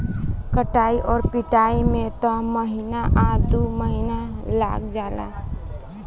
कटाई आ पिटाई में त महीना आ दु महीना लाग जाला